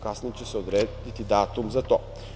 Kasnije će se odrediti datum za to.